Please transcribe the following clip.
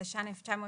התש"ן-1989,